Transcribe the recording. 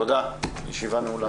תודה, הישיבה נעולה.